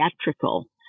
theatrical